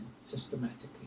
systematically